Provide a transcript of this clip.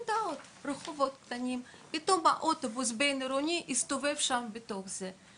ורחובות קטנים מאוד ואוטובוס בין עירוני יסתובב שם בתוך העיר.